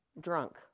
drunk